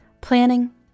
planning